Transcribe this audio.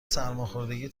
سرماخوردگی